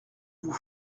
vous